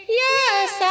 yes